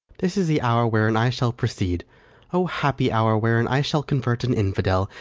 this is the hour wherein i shall proceed o happy hour, wherein i shall convert an infidel,